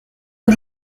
ihn